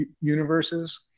universes